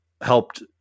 helped